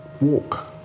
walk